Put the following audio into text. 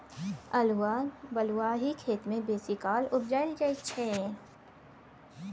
अल्हुआ बलुआही खेत मे बेसीकाल उपजाएल जाइ छै